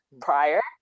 prior